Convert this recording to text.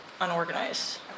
unorganized